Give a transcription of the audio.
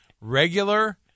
regular